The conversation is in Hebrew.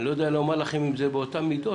אני לא יודע לומר לכם אם זה באותן מידות,